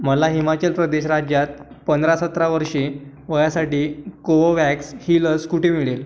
मला हिमाचल प्रदेश राज्यात पंधरा सतरा वर्षे वयासाठी कोवोवॅक्स ही लस कुठे मिळेल